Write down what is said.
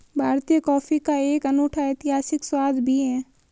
भारतीय कॉफी का एक अनूठा ऐतिहासिक स्वाद भी है